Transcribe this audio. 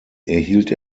erhielt